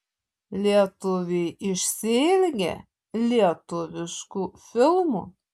lietuviai išsiilgę lietuviškų filmų